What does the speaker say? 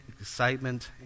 excitement